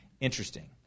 Interesting